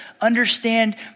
understand